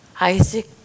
Isaac